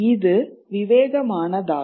இது விவேகமானதாகும்